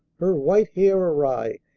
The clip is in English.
her white hair awry,